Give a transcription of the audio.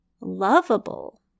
lovable